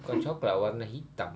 bukan coklat warna hitam